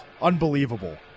unbelievable